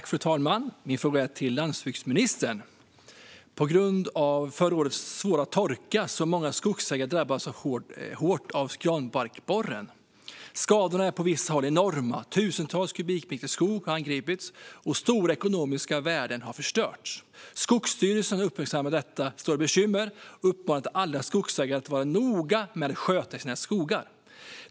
Fru talman! Min fråga är till landsbygdsministern. På grund av förra årets svåra torka har många skogsägare drabbats hårt av granbarkborren. Skadorna är på vissa håll enorma. Tusentals kubikmeter skog har angripits, och stora ekonomiska värden har förstörts. Skogsstyrelsen har uppmärksammat detta stora bekymmer och uppmanat alla skogsägare att vara noga med att sköta sina skogar.